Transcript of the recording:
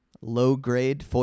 low-grade